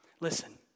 Listen